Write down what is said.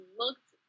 looked